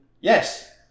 Yes